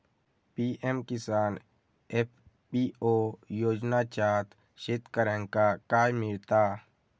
PM Kisan FPO योजनाच्यात शेतकऱ्यांका काय मिळता?